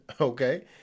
okay